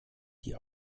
die